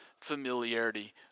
familiarity